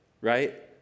right